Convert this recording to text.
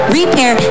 repair